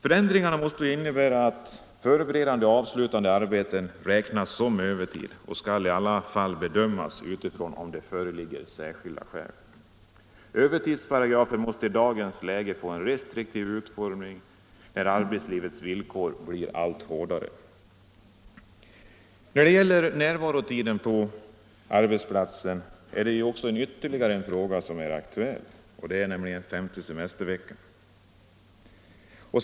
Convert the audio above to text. Förändringarna måste innebära att förberedande och avslutande arbeten räknas som övertid och skall i alla fall bedömas utifrån om det föreligger särskilda skäl. Övertidsparagraferna måste i dagens läge få en restriktiv utformning när arbetslivets villkor blir allt hårdare. Då det gäller närvarotiden på arbetsplatserna är det ytterligare en fråga som är aktuell, nämligen den femte semesterveckan.